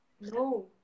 no